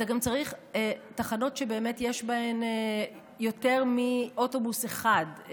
אתה גם צריך תחנות שיש בהן יותר מאוטובוס אחד,